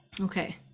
okay